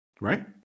right